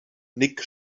nick